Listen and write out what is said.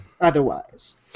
otherwise